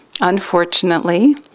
unfortunately